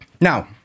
Now